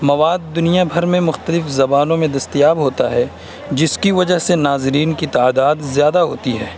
مواد دنیا بھر میں مختلف زبانوں میں دستیاب ہوتا ہے جس کی وجہ سے ناظرین کی تعداد زیادہ ہوتی ہے